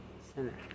Center